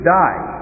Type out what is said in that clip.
die